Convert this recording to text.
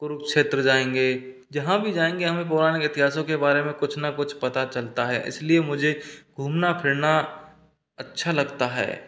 कुरुक्षेत्र जाएँगे जहाँ भी जाएँगे हमें पौराणिक इतिहासों के बारे में कुछ न कुछ पता चलता है इसलिए मुझे घूमना फिरना अच्छा लगता है